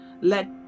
let